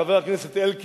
חבר הכנסת אלקין,